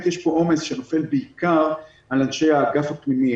יש פה עומס שנופל בעיקר על האגף הפנימי,